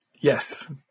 Yes